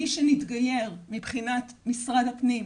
מי שמתגייר מבחינת משרד הפנים,